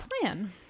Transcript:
plan